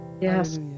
Yes